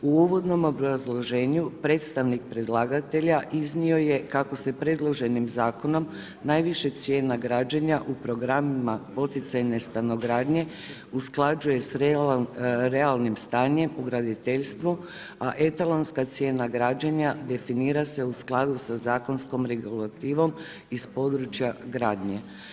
U uvodnom obrazloženju predstavnik predlagatelja iznio je kako se predloženim zakonom najviše cijena građenja u programima poticajne stanogradnje usklađuje s realnim stanjem u graditeljstvu, a etalonska cijena građenja definira se u skladu sa zakonskom regulativnom iz područja gradnje.